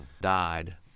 died